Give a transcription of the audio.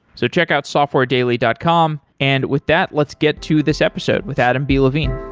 so check out softwaredaily dot com. and with that, let's get to this episode with adam b. levine.